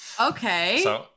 okay